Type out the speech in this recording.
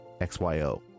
XYO